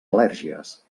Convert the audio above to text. al·lèrgies